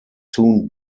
soon